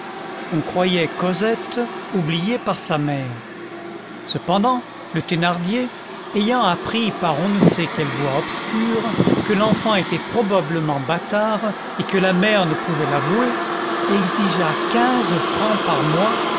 on croyait cosette oubliée par sa mère cependant le thénardier ayant appris par on ne sait quelles voies obscures que l'enfant était probablement bâtard et que la mère ne pouvait l'avouer exigea quinze francs par mois